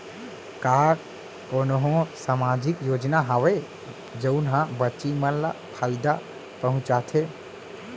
का कोनहो सामाजिक योजना हावय जऊन हा बच्ची मन ला फायेदा पहुचाथे?